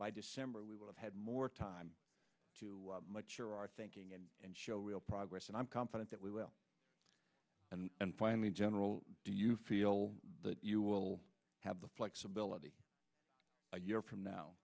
by december we will have had more time to make sure our thinking and and show real progress and i'm confident that we will and finally general do you feel that you will have the flexibility a year from now